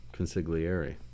consigliere